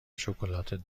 شکلات